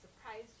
surprised